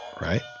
right